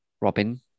Robin